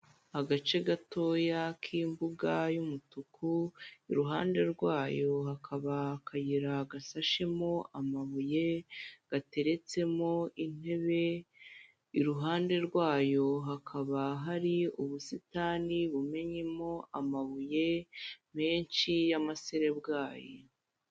Agace gatoya k'imbuga y'umutuku, iruhande rwayo hakaba akayira gasashemo amabuye, gateretsemo intebe, iruhande rwayo hakaba hari ubusitani bumennyemo amabuye menshi y'amaserebwayi.